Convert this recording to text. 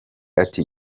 ati